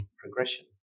progression